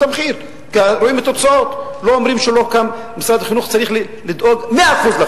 אם לפתוח בחקירת מצ"ח גם כעבור שנים מהאירוע.